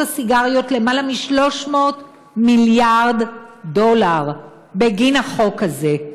הסיגריות למעלה מ-300 מיליארד דולר בגין החוק הזה.